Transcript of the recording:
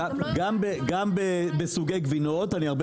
אני גם לא יודעת --- גם בסוגי גבינות אני הרבה